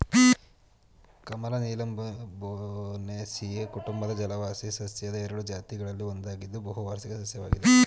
ಕಮಲ ನೀಲಂಬೊನೇಸಿಯಿ ಕುಟುಂಬದ ಜಲವಾಸಿ ಸಸ್ಯದ ಎರಡು ಜಾತಿಗಳಲ್ಲಿ ಒಂದಾಗಿದ್ದು ಬಹುವಾರ್ಷಿಕ ಸಸ್ಯವಾಗಿದೆ